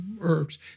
herbs